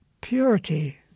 purity